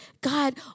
God